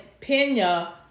Pena